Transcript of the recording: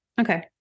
okay